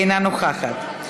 אינה נוכחת,